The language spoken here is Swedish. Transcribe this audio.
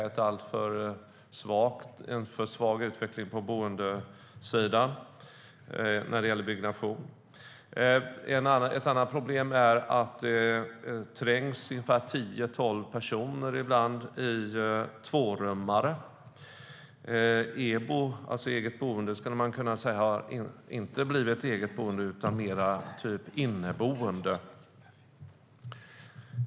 Vi har haft en alldeles för svag utveckling på boendesidan när det gäller byggnation. Ett annat problem är att det ibland trängs tio tolv personer i tvårummare. EBO har inte blivit eget boende utan snarare inneboende.